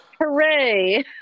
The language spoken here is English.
hooray